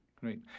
great